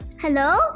Hello